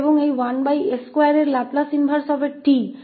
और इस 1s2 का लाप्लास इनवर्स जो t है